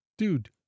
Dude